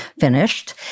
finished